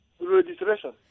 registration